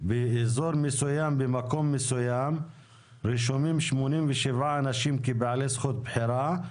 באזור מסוים במקום מסוים רשומים 87 כבעלי זכות בחירה,